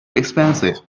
expensive